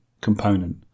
component